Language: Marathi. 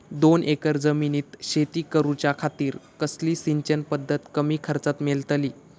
दोन एकर जमिनीत शेती करूच्या खातीर कसली सिंचन पध्दत कमी खर्चात मेलतली?